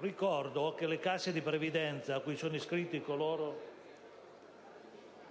Ricordo che le casse di previdenza, cui sono iscritti coloro